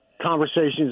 Conversations